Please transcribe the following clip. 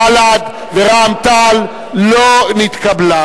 בל"ד ורע"ם-תע"ל לא נתקבלה.